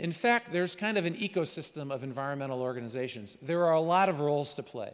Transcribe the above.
in fact there's kind of an ecosystem of environmental organizations there are a lot of roles to play